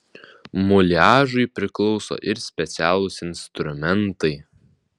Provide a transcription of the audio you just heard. muliažui priklauso ir specialūs instrumentai